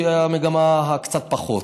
שהיא המגמה הקצת פחות,